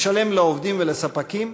לשלם לעובדים ולספקים,